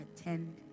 attend